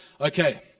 Okay